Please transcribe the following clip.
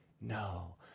No